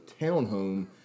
townhome